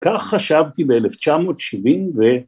‫כך חשבתי ב-1970, ו...